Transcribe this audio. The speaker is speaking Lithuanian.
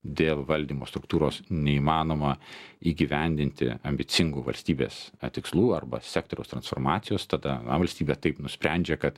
dėl valdymo struktūros neįmanoma įgyvendinti ambicingų valstybės tikslų arba sektoriaus transformacijos tada valstybė taip nusprendžia kad